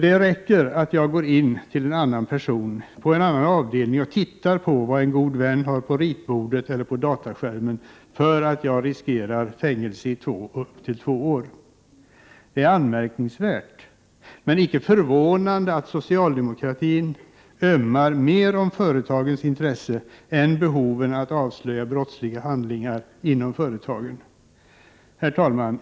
Det räcker att jag går in till en person på en annan avdelning och tittar på vad en god vän har på ritbordet eller på dataskärmen, för att jag riskerar fängelse i upp till två år. Det är anmärkningsvärt men icke förvånande att socialdemokratin ömmar mer för företagens intresse än behovet att avslöja brottsliga handlingar inom företagen. Fru talman!